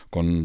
Con